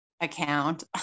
account